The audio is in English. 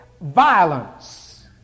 violence